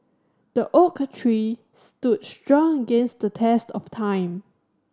the oak tree stood strong against the test of time